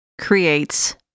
creates